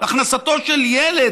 להכנסתו של ילד,